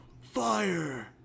Fire